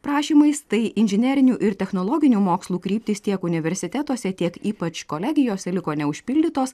prašymais tai inžinerinių ir technologinių mokslų kryptys tiek universitetuose tiek ypač kolegijose liko neužpildytos